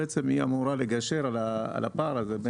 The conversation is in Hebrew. שאמורה לגשר על הפער הזה,